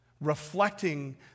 reflecting